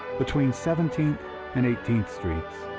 between seventeenth and eighteenth streets,